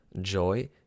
joy